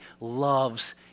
loves